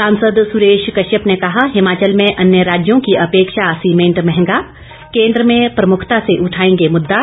सांसद सुरेश कश्यप ने कहा हिमाचल में अन्य राज्यों की अपेक्षा सीमेंट महंगा केन्द्र में प्रमुखता से उठाएंगे मुद्दा